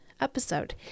Episode